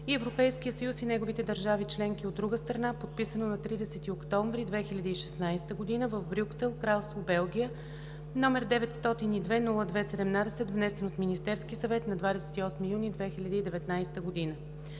и Европейския съюз и неговите държави членки, от друга страна, подписано на 30 октомври 2016 г. в Брюксел, Кралство Белгия, № 902-02-17, внесен от Министерския съвет на 28 юни 2019 г.